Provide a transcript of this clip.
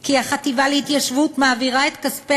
כי החטיבה להתיישבות מעבירה את כספי